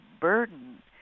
burden